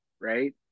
right